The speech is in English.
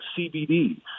CBD